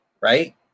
right